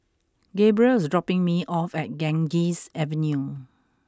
Gabrielle is dropping me off at Ganges Avenue